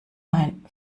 ein